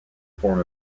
form